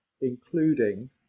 including